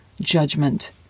judgment